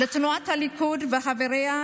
לתנועת הליכוד ולחבריה,